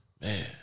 man